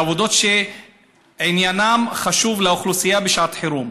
לעבודות שעניינן חשוב לאוכלוסייה בשעת חירום.